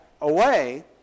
away